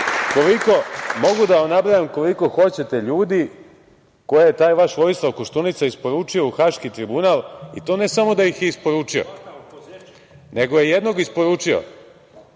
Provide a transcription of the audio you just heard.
Ja sada mogu da vam nabrajam koliko hoćete ljudi koje je taj vaš Vojislav Koštunica isporučio u Haški tribunal i to ne samo da ih je isporučio, nego je jednog isporučio